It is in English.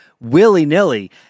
willy-nilly